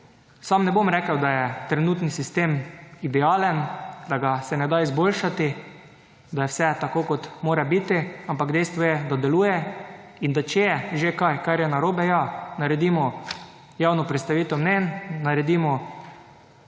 Sam ne bom rekel, da je trenutni sistem idealen, da se ga ne da izboljšati, da je vse tako kot mora biti, ampak dejstvo je, da deluje, in da če je že kaj kar je narobe, ja, naredimo javno predstavitev mnenj, naredimo